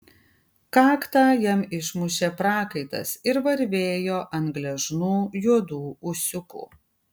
kaktą jam išmušė prakaitas ir varvėjo ant gležnų juodų ūsiukų